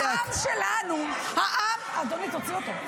-- זה שהעם שלנו, העם, אדוני, תוציא אותו.